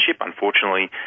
unfortunately